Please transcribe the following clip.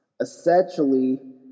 essentially